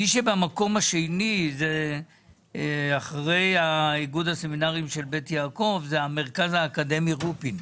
מי שבמקום השני אחרי איגוד הסמינרים של בית יעקב זה המרכז האקדמי רופין.